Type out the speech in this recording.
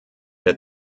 der